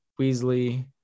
Weasley